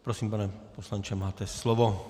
Prosím, pane poslanče, máte slovo.